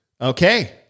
Okay